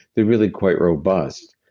they're really quite robust.